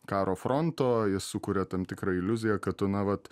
karo fronto jis sukuria tam tikrą iliuziją kad tu na vat